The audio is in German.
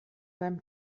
beim